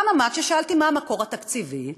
אמה-מה, כששאלתי מה המקור התקציבי,